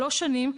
שלוש שנים,